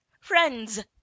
friends